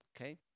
Okay